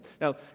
Now